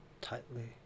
tightly